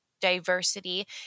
diversity